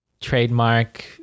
trademark